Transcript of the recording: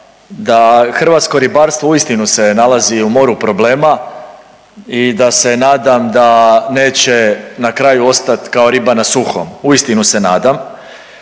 da hrvatsko ribarstvo uistinu se nalazi u moru problema i da se nadam da neće na kraju ostat kao riba na suhom, uistinu se nadam.